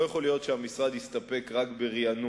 לא יכול להיות שהמשרד יסתפק רק ברענון.